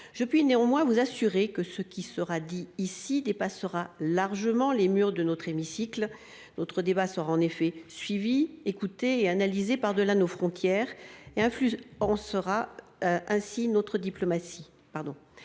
Je puis néanmoins vous assurer que ce qui sera dit ici dépassera largement les murs de notre hémicycle. Notre débat sera, en effet, suivi, écouté et analysé par delà nos frontières, et il aura des influences sur notre diplomatie.